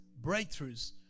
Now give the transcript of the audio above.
breakthroughs